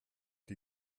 die